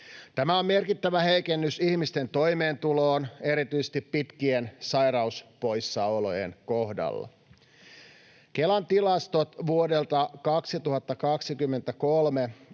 Tämä on merkittävä heikennys ihmisten toimeentuloon erityisesti pitkien sairauspoissaolojen kohdalla. Kelan tilastot vuodelta 2023